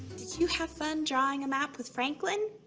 did you have fun drawing a map was franklin?